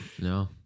No